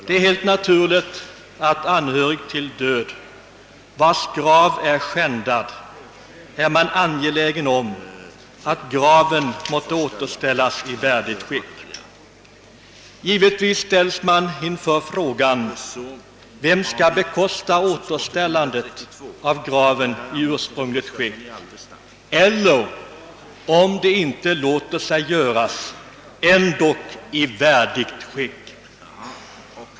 Det är helt naturligt att anhöriga till död, vars grav är skändad, är angelägna om att graven återställs i värdigt skick. Vem skall då bekosta återställandet av graven i ursprungligt skick eller, om det inte låter sig göra, åtminstone i värdigt skick?